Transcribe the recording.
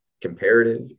comparative